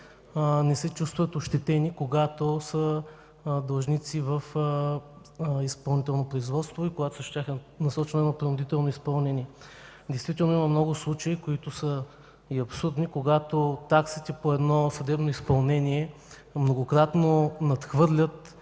не се чувстват ощетени, когато са длъжници в изпълнително производство и когато срещу тях е насочено едно принудително изпълнение. Действително има много случаи, които са абсурдни, когато таксите по едно съдебно изпълнение многократно надхвърлят